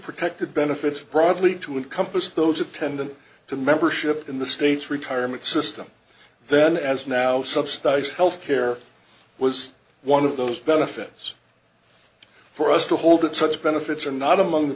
protected benefits broadly to encompass those attendant to membership in the state's retirement system then as now subsidize health care was one of those benefits for us to hold that such benefits are not among the